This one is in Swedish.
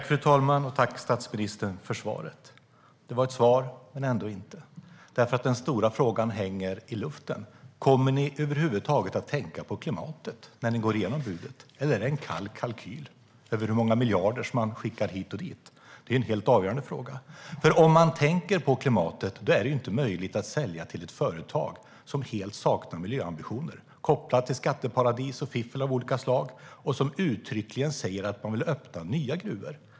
Fru talman! Tack, statsministern, för svaret! Det var ett svar, men ändå inte, för den stora frågan hänger i luften: Kommer ni över huvud taget att tänka på klimatet när ni går igenom budet, eller är det en kall kalkyl över hur många miljarder man skickar hit och dit? Det är en helt avgörande fråga. Om man tänker på klimatet är det inte möjligt att sälja till ett företag som helt saknar miljöambitioner, har kopplingar till skatteparadis och fiffel av olika slag och uttryckligen säger att man vill öppna nya gruvor.